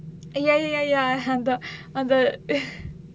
ya ya ya the ah the